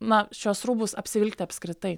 na šiuos rūbus apsivilkti apskritai